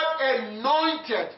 anointed